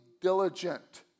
diligent